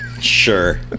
Sure